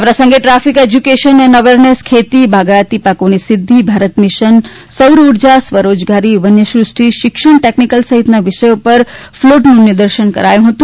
આ પ્રસંગે traffic education and awareness ખેતી બાગયતી પાકોની સિદ્ધિ ભારત મીશન સૌર ઉર્જા સ્વરોરજગારી વન્યસુષ્ટિ શિક્ષણ ટેકનીકલ સહિતના વિષયો ઉપર ફલોટનું નિર્દેશન કરાયુ હતુ